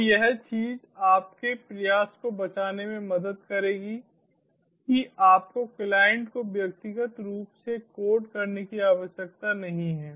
तो यह चीज़ आपके प्रयास को बचाने में मदद करेगी कि आपको क्लाइंट को व्यक्तिगत रूप से कोड करने की आवश्यकता नहीं है